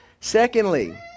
Secondly